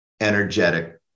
energetic